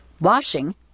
Washing